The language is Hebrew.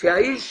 שהאיש